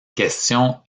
question